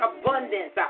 abundance